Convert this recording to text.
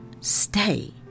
Stay